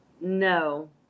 No